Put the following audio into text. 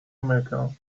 america